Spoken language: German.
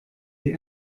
die